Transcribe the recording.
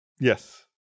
Yes